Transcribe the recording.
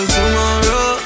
Tomorrow